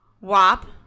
WAP